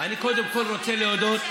קודם כול אני רוצה להודות,